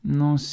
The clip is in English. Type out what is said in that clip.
non